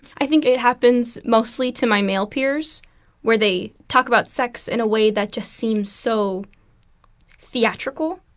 i think it happens mostly to my male peers where they talk about sex in a way that just seems so theatrical,